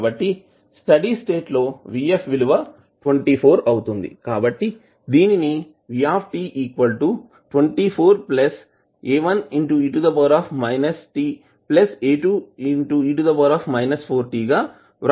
కాబట్టి steady state లో Vf విలువ 24 అవుతుంది కాబట్టి దీనిని గా వ్రాయవచ్చు